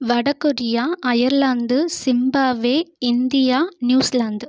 வடக்கொரியா Ireland Zimbabwe India New Zealand